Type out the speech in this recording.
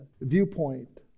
viewpoint